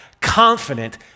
confident